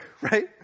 right